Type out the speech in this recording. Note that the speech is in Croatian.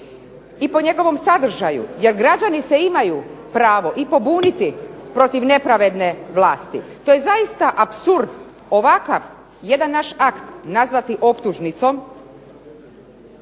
I po njegovom sadržaju jer građani se imaju pravo i pobuniti protiv nepravedne vlasti. To je zaista apsurd jedan ovakav naš akt nazvati optužnicom.